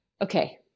Okay